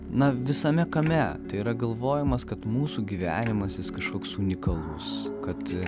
na visame kame tai yra galvojimas kad mūsų gyvenimas jis kažkoks unikalus kad